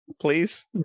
Please